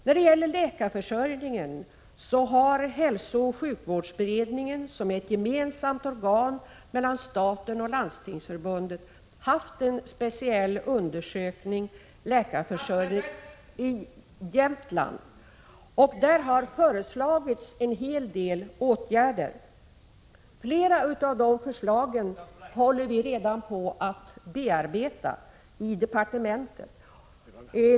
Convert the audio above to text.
När det gäller läkarförsörjningen har hälsooch sjukvårdsberedningen, som är ett gemensamt organ för staten och Landstingsförbundet, speciellt undersökt läkarförsörjningen i Jämtland. I den undersökningen föreslogs en hel del åtgärder. Flera av de förslagen håller vi redan på att bearbeta i departementet.